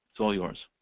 so all yours.